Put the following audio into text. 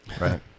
Right